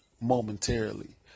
momentarily